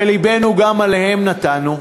ולבנו גם עליהם נתנו,